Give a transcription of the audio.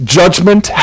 judgment